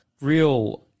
real